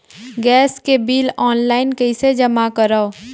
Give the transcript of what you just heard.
Gas के bill online कइसे जमा करव?